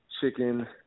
chicken